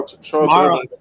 tomorrow